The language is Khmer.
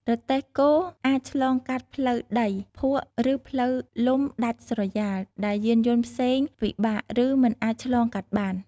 រទេះគោអាចឆ្លងកាត់ ផ្លូវដី ភក់ ឬផ្លូវលំដាច់ស្រយាល ដែលយានយន្តផ្សេងពិបាក ឬមិនអាចឆ្លងកាត់បាន ។